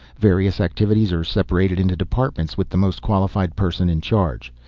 various activities are separated into departments with the most qualified person in charge.